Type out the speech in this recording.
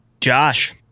Josh